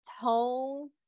tone